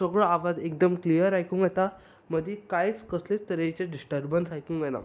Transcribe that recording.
सगळो आवाज एकदम क्लियर आयकूंक येता मदीं कांयच कसलेंच तरेचे डिस्टर्बन्स आयकूंक येना